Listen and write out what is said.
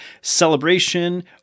celebration